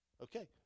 Okay